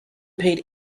paid